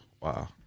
Wow